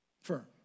firm